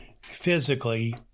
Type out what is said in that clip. physically